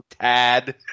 Tad